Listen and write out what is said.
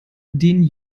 den